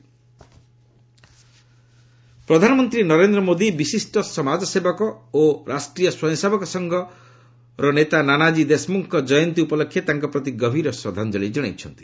PM message ପ୍ରଧାନମନ୍ତ୍ରୀ ନରେନ୍ଦ୍ର ମୋଦି ବିଶିଷ୍ଟ ସମାଜସେବକ ଓ ରାଷ୍ଟ୍ରୀୟ ସ୍ୱୟଂସେବକ ସଂଘ ନାନାଜୀ ଦେଶମୁଖଙ୍କ ଜୟନ୍ତୀ ଉପଲକ୍ଷେ ତାଙ୍କ ପ୍ରତି ଗଭୀର ଶ୍ରଦ୍ଧାଞ୍ଜଳି ଜଣାଇଛନ୍ତି